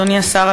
אדוני השר,